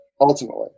ultimately